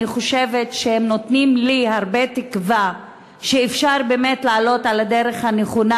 אני חושבת שהם נותנים לי הרבה תקווה שאפשר באמת לעלות על הדרך הנכונה,